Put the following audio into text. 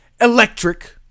electric